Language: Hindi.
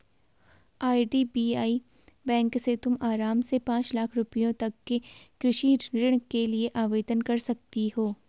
आई.डी.बी.आई बैंक से तुम आराम से पाँच लाख रुपयों तक के कृषि ऋण के लिए आवेदन कर सकती हो